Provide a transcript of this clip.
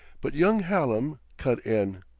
but young hallam cut in,